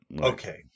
Okay